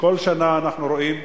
שכל שנה אנחנו רואים,